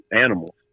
animals